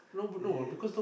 yes